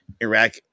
Iraq